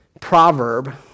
proverb